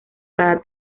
cada